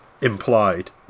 implied